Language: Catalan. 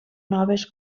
noves